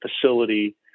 facility